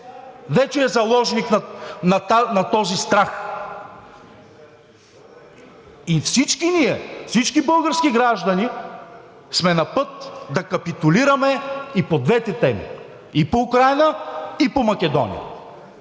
вече е заложник на този страх. Всички ние, всички български граждани, сме на път да капитулираме и по двете теми – и по Украйна, и по Македония.